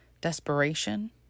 desperation